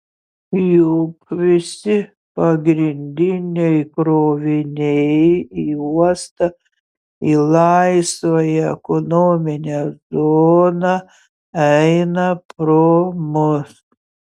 juk visi pagrindiniai kroviniai į uostą į laisvąją ekonominę zoną eina pro mus